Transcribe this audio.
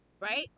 right